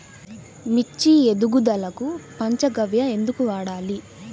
మిర్చి ఎదుగుదలకు పంచ గవ్య ఎందుకు వాడాలి?